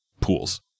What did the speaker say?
pools